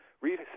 read